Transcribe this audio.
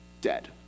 dead